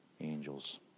angels